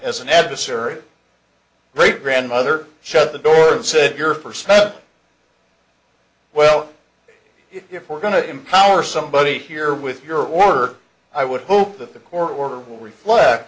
as an adversary great grandmother shut the door and said your perspective well if we're going to empower somebody here with your work i would hope that the court order will reflect